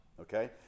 okay